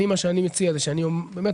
אני, מה שאני מציע זה שאני באמת,